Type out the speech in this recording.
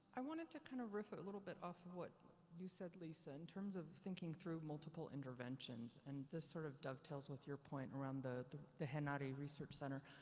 i wanted to kind of riff it but off of what you said, lisa, in terms of thinking through multiple interventions. and this sort of dovetails with your point around the the henare research center.